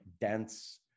dense